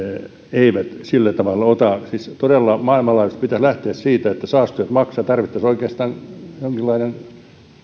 eivät sillä tavalla ota siis todella maailmanlaajuisesti pitäisi lähteä siitä että saastuttajat maksavat tarvittaisiin oikeastaan jonkinlainen